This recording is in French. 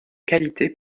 qualité